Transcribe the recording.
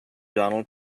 donald